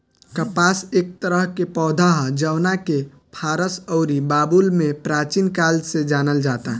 कपास एक तरह के पौधा ह जवना के फारस अउरी बाबुल में प्राचीन काल से जानल जाता